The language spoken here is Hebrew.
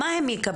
מה הם יקבלו,